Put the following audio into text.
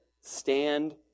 stand